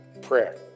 prayer